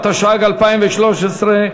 התשע"ג 2013,